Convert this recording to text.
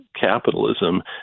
capitalism